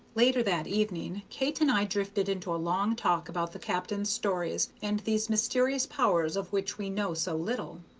later that evening kate and i drifted into a long talk about the captain's stories and these mysterious powers of which we know so little.